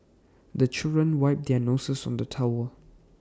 the children wipe their noses on the towel